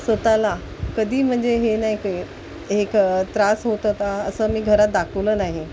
स्वतःला कधी म्हणजे हे नाही के हे क त्रास होत होता असं मी घरात दाखवलं नाही